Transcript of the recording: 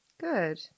Good